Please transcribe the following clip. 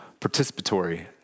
Participatory